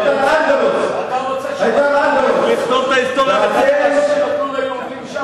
אתה רוצה שייתנו לכם זכויות כמו שנתנו ליהודים שם?